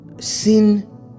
Sin